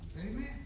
Amen